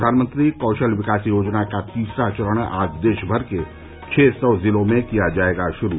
प्रधानमंत्री कौशल विकास योजना का तीसरा चरण आज देशभर के छह सौ जिलों में किया जायेगा श्रू